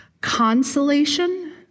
consolation